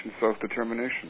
self-determination